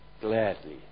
Gladly